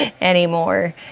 anymore